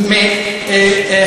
מאין זה?